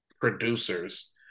producers